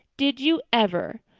did you ever?